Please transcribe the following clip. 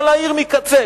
כל העיר מקצה.